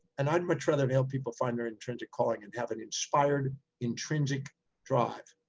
and i'd much rather help people find their intrinsic calling and have an inspired intrinsic drive.